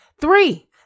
Three